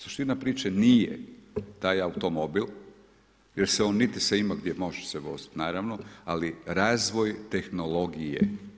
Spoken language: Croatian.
Suština priče nije taj automobil, jer se on niti se ima gdje može se voziti naravno, ali razvoj tehnologije.